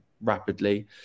rapidly